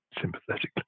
sympathetically